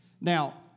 Now